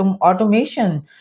automation